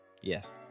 yes